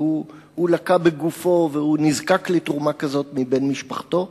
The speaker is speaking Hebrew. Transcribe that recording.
והוא לקה בגופו והוא נזקק לתרומה כזאת מבן משפחתו.